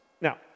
Now